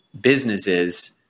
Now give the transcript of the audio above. businesses